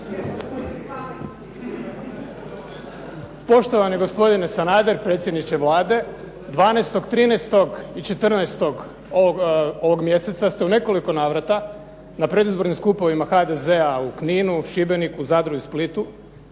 Poštovani gospodine Sanader, predsjedniče Vlade. 12., 13. i 14. ovog mjeseca ste u nekoliko navrata na predizbornim skupovima HDZ-a u Kninu, Šibeniku, Zadru i Splitu